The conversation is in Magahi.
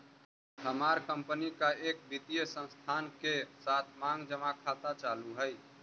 हमार कंपनी का एक वित्तीय संस्थान के साथ मांग जमा खाता चालू हई